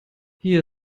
hier